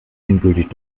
endgültig